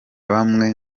bamwe